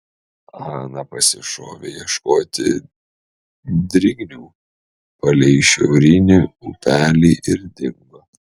ana pasišovė ieškoti drignių palei šiaurinį upelį ir dingo